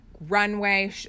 runway